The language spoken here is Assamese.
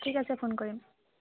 ঠিক আছে ফোন কৰিম